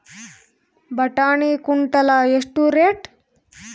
ಬಟಾಣಿ ಕುಂಟಲ ಎಷ್ಟು ರೇಟ್?